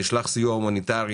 נשלח סיוע הומניטרי.